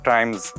Times